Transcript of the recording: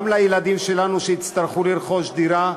גם לילדים שלנו שיצטרכו לרכוש דירה,